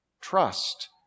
trust